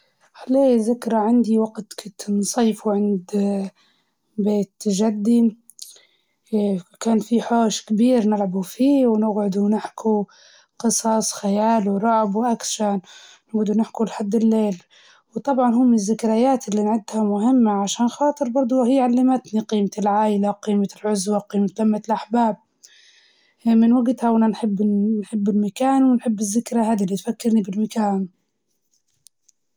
كنت نمشي مع بويا ونشري جيلاتي من محل صغير جنب بيتنا، هالذكرى مهمة لانها بتتكلم في براءة الطفولة، وحبه يليق.